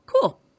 Cool